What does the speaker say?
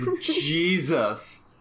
Jesus